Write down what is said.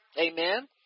Amen